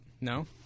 No